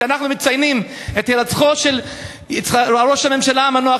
שאנחנו מציינים את הירצחו את ראש הממשלה המנוח,